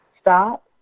Stop